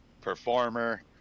performer